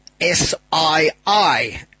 S-I-I